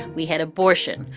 we had abortion.